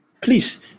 please